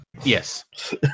Yes